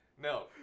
No